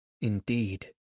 Indeed